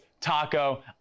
taco